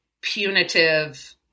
punitive